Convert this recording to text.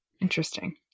Interesting